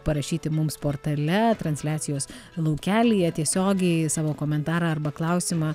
parašyti mums portale transliacijos laukelyje tiesiogiai savo komentarą arba klausimą